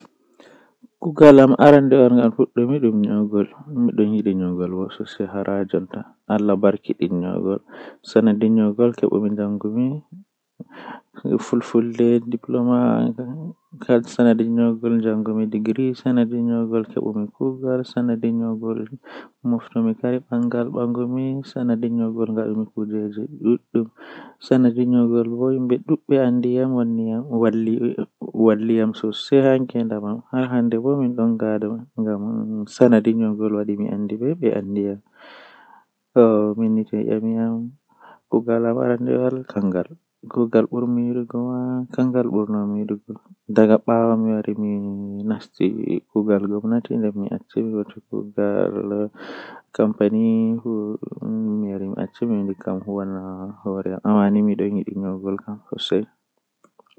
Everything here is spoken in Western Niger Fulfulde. Njaram jei mi burdaa yiduki kanjum woni koka kola don balwi ni haa nder fandu manmi andaa nobe wadirta dum kam amma kanjum mi burdaa yiduki nden bo don wela m masin.